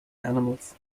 animals